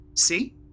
See